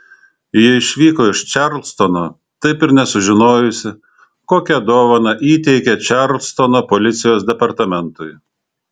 ji išvyko iš čarlstono taip ir nesužinojusi kokią dovaną įteikė čarlstono policijos departamentui